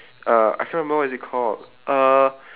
uh I can't remember what is it called uh